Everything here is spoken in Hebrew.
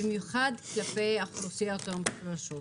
במיוחד כלפי האוכלוסיות המוחלשות